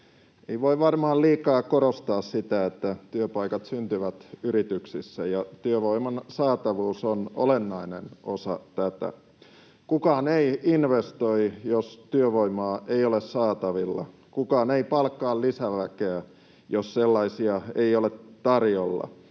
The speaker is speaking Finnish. Ei voi varmaan liikaa korostaa sitä, että työpaikat syntyvät yrityksissä, ja työvoiman saatavuus on olennainen osa tätä. Kukaan ei investoi, jos työvoimaa ei ole saatavilla. Kukaan ei palkkaa lisäväkeä, jos sellaista ei ole tarjolla.